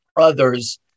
others